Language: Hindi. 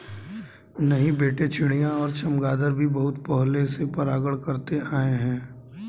नहीं बेटे चिड़िया और चमगादर भी बहुत पहले से परागण करते आए हैं